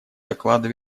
доклада